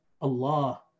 Allah